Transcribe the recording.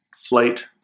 flight